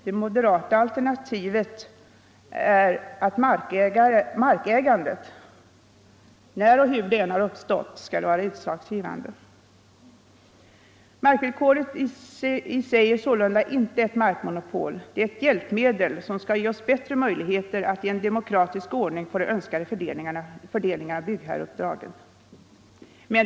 Det moderata alternativet är att markägandet —- när och hur det än uppstått — skall vara utslagsgivande. Markvillkoret i sig är sålunda inte ett markmonopol — det är ett hjälpmedel som skall ge oss bättre möjligheter att i demokratisk ordning få den önskade fördelningen av byggherreuppdragen.